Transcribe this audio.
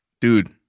dude